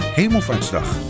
hemelvaartsdag